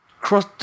cross